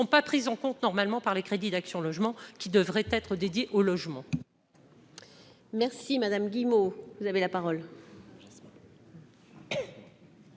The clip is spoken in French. pas prises en compte normalement par les crédits d'Action Logement qui devraient être dédiées au logement.